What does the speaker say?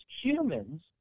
humans